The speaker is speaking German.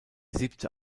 siebte